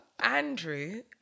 Andrew